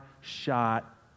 shot